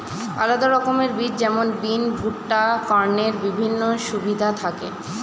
আলাদা রকমের বীজ যেমন বিন, ভুট্টা, কর্নের বিভিন্ন সুবিধা থাকি